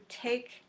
take